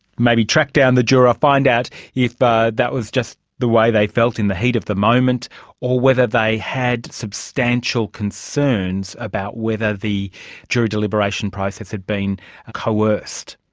maybe track down the juror, find out if but that was just the way they felt in the heat of the moment or whether they had substantial concerns about whether the jury deliberation process had been coerced.